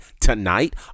tonight